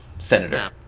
senator